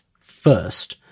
first